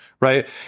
right